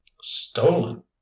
stolen